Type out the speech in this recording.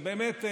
באמת,